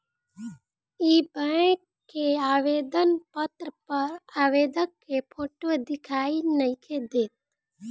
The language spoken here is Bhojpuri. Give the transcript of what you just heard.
इ बैक के आवेदन पत्र पर आवेदक के फोटो दिखाई नइखे देत